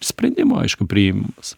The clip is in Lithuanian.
sprendimą aišku priims